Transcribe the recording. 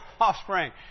offspring